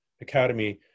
academy